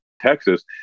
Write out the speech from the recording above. Texas